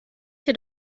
hier